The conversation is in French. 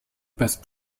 passent